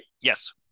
Yes